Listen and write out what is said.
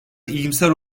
iyimser